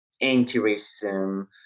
anti-racism